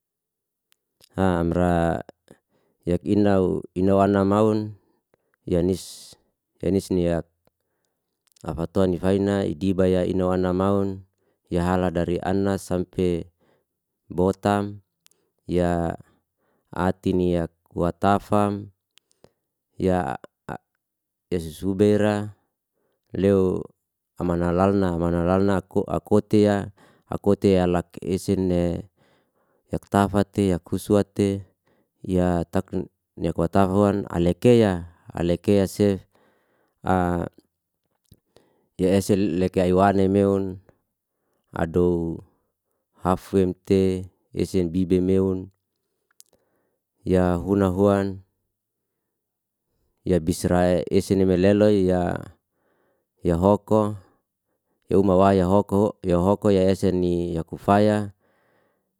amrak innau ina wana maun, ya nis ni afaton ni faina idiba ya ina wana maun ya hala dari anas sampe botam, ya ati yak ni watafam, ya susubera leu amana lalna akotea lak esen yak tafate, yak kuswate, ya takwa hoan, alekeya se ya esel lek aiwa ne meun, adou afwim te, esen bibe meun, ya huna huan, ya bisra eseni meleloi, ya hoko, ya uma wai ya hoko ya eseni ya kufaya,